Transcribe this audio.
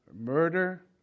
murder